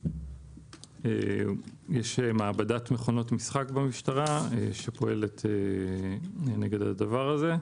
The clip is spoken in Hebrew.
433, יש מעבדת מכונות משחק במשטרה, שפועלת נגד זה.